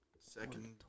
Second